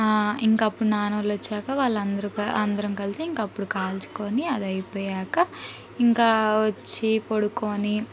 ఇంకప్పుడు నాన్న వాళ్ళు వచ్చాక వాళ్ళందరూ అందరం కలిసి ఇంకప్పుడు కాల్చుకొని అది అయిపోయాక ఇంకా వచ్చి పడుకోని